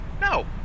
No